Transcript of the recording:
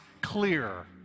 clear